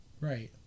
Right